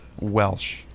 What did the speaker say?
Welsh